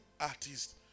artists